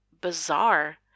bizarre